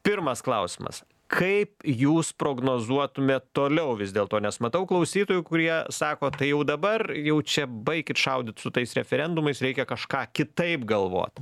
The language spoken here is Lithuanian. pirmas klausimas kaip jūs prognozuotumėt toliau vis dėlto nes matau klausytojų kurie sako tai jau dabar jau čia baikit šaudyt su tais referendumais reikia kažką kitaip galvot